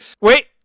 Wait